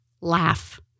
Laugh